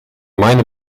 meine